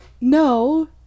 no